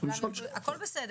אתן